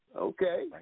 Okay